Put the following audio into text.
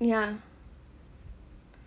yeah